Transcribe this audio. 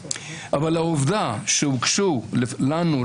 אבל העובדה שהוגשו לנו,